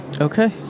Okay